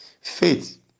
Faith